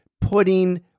putting